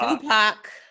Tupac